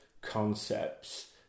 concepts